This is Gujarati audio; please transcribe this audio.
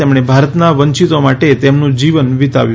તેમણે ભારતના વંચિતો માટે તેમનું જીવન વીતવ્યું